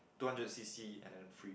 two hundred C_C and then free